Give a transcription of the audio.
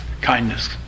kindness